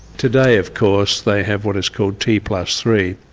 today of course they have what is called t plus three.